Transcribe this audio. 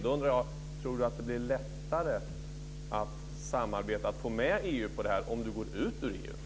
Då undrar jag: Tror Matz Hammarström att det blir lättare att samarbeta och att få med EU på detta om vi går ut ur EU?